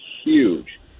huge